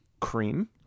Cream